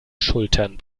schultern